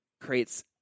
creates